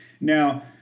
Now